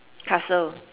castle